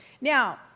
Now